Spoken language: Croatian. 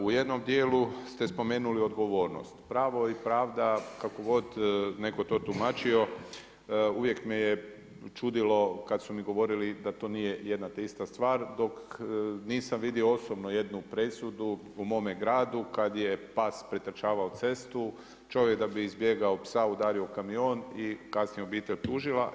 U jednom dijelu ste spomenuli odgovornost, pravo i pravda kako god netko to tumačio uvijek me je čudilo kada su mi govorili da to nije jedna te ista stvar dok nisam vidio osobno jednu presudu u mome gradu kada je pas pretrčavao cestu, čovjek da bi izbjegao psa udario u kamion i kasnije obitelj tužila.